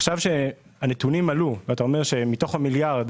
עכשיו שהנתונים עלו ואתה אומר שמתוך המיליארד